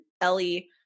Ellie